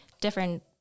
different